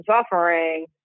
suffering